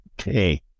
Okay